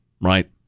Right